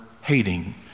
hating